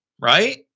right